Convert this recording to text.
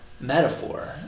metaphor